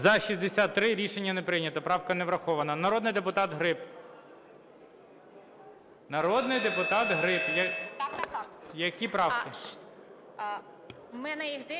За-63 Рішення не прийнято. Правка не врахована. Народний депутат Гриб. Народний депутат Гриб, які правки?